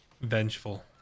vengeful